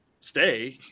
stay